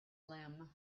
limb